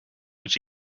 which